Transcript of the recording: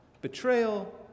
betrayal